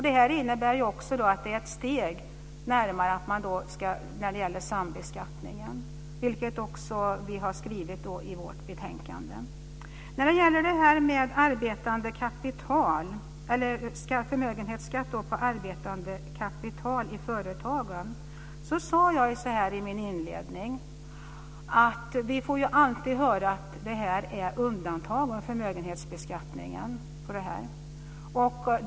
Det innebär ett steg också när det gäller sambeskattningen, vilket vi också har skrivit i vårt betänkande. När det gäller detta med förmögenhetsskatt på arbetande kapital i företagen sade jag i min inledning att vi alltid får höra att arbetande kapital är undantaget från förmögenhetbeskattning.